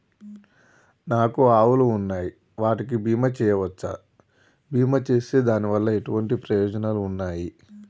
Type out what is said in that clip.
నాకు ఆవులు ఉన్నాయి వాటికి బీమా చెయ్యవచ్చా? బీమా చేస్తే దాని వల్ల ఎటువంటి ప్రయోజనాలు ఉన్నాయి?